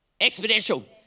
Exponential